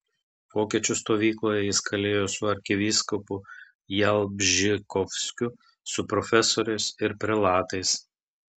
vokiečių stovykloje jis kalėjo su arkivyskupu jalbžykovskiu su profesoriais ir prelatais